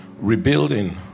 rebuilding